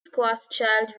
schwarzschild